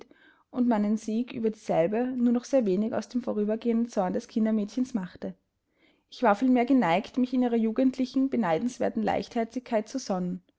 und meinem sieg über dieselbe nur noch sehr wenig aus dem vorübergehenden zorn des kindermädchens machte ich war vielmehr geneigt mich in ihrer jugendlichen beneidenswerten leichtherzigkeit zu